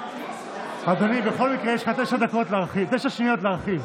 אדוני, יש לך תשע שניות להרחיב,